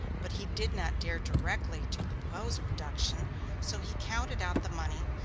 but he did not dare directly to propose a reduction so he counted out the money,